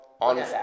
on